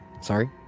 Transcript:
Sorry